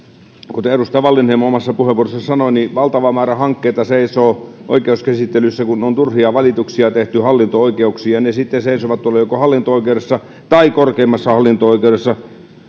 kuten edustaja wallinheimo omassa puheenvuorossaan sanoi että valtava määrä hankkeita seisoo oikeuskäsittelyssä kun on turhia valituksia tehty hallinto oikeuksiin ja ne sitten seisovat joko hallinto oikeudessa tai korkeimmassa hallinto oikeudessa